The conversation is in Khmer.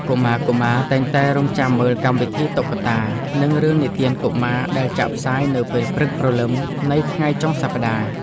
កុមារៗតែងតែរង់ចាំមើលកម្មវិធីតុក្កតា និងរឿងនិទានកុមារដែលចាក់ផ្សាយនៅពេលព្រឹកព្រលឹមនៃថ្ងៃចុងសប្តាហ៍។